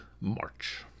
March